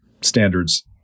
standards